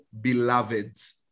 beloveds